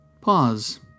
Pause